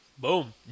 Boom